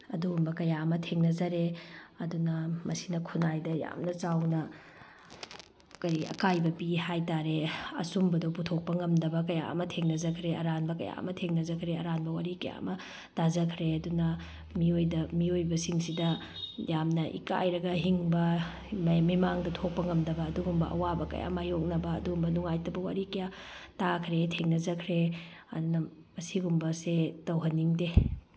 ꯑꯗꯨꯒꯨꯝꯕ ꯀꯌꯥ ꯑꯃ ꯊꯦꯡꯅꯖꯔꯦ ꯑꯗꯨꯅ ꯃꯁꯤꯅ ꯈꯨꯟꯅꯥꯏꯗ ꯌꯥꯝꯅ ꯆꯥꯎꯅ ꯀꯔꯤ ꯑꯀꯥꯏꯕ ꯄꯤ ꯍꯥꯏꯇꯥꯔꯦ ꯑꯆꯨꯝꯕꯗꯣ ꯄꯨꯊꯣꯛꯄ ꯉꯝꯗꯕ ꯀꯌꯥ ꯑꯃ ꯊꯦꯡꯅꯖꯈ꯭ꯔꯦ ꯑꯔꯥꯟꯕ ꯀꯌꯥ ꯑꯃ ꯊꯦꯡꯅꯖꯈ꯭ꯔꯦ ꯑꯔꯥꯟꯕ ꯋꯥꯔꯤ ꯀꯌꯥ ꯑꯃ ꯇꯥꯖꯈ꯭ꯔꯦ ꯑꯗꯨꯅ ꯃꯤꯑꯣꯏꯕꯁꯤꯡꯁꯤꯗ ꯌꯥꯝꯅ ꯏꯀꯥꯏꯔꯒ ꯍꯤꯡꯕ ꯃꯤꯃꯥꯡꯗ ꯊꯣꯛꯄ ꯉꯝꯗꯕ ꯑꯗꯨꯒꯨꯝꯕ ꯑꯋꯥꯕ ꯀꯋꯥ ꯃꯥꯏꯌꯣꯛꯅꯕ ꯑꯗꯨꯒꯨꯝꯕ ꯅꯨꯡꯉꯥꯏꯇꯕ ꯋꯥꯔꯤ ꯀꯌꯥ ꯇꯥꯈ꯭ꯔꯦ ꯊꯦꯡꯅꯖꯈ꯭ꯔꯦ ꯑꯗꯨꯅ ꯃꯁꯤꯒꯨꯝꯕꯁꯦ ꯇꯧꯍꯟꯅꯤꯡꯗꯦ